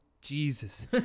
Jesus